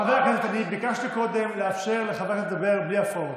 אני ביקשתי קודם לאפשר לחברת הכנסת לדבר בלי הפרעות.